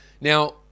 Now